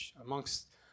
amongst